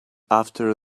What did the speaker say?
after